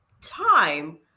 time